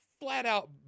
flat-out –